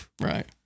Right